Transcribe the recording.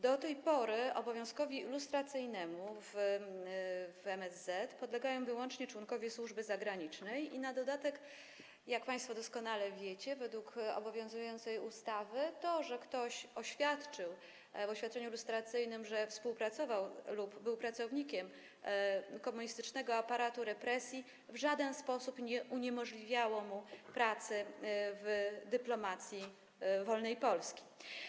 Do tej pory obowiązkowi lustracyjnemu w MSZ podlegali wyłącznie członkowie służby zagranicznej i na dodatek, jak państwo doskonale wiecie, według obowiązującej ustawy to, że ktoś oświadczył w oświadczeniu lustracyjnym, że współpracował lub był pracownikiem komunistycznego aparatu represji, w żaden sposób nie uniemożliwiało mu pracy w dyplomacji wolnej Polski.